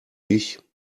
ich